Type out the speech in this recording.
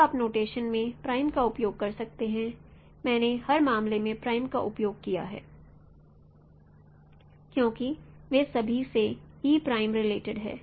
अब आप नोटेशन में प्राइम ' का उपयोग कर सकते हैं मैंने हर मामले में प्राइम ' का उपयोग किया है क्योंकि वे सभी से रिलेटिड हैं